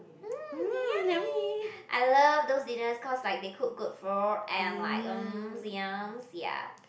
mm yummy I love those dinners cause like they cook good food and like mm yums ya